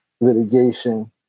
litigation